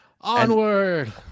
Onward